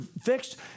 fixed